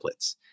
templates